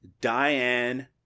Diane